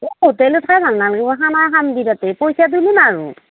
এই হোটেলত খাই ভাল নালাগিব খানা খাম দি তাতে পইচাটোতো আৰু